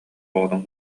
оҕотун